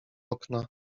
okna